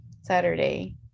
Saturday